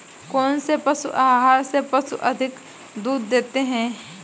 कौनसे पशु आहार से पशु अधिक दूध देते हैं?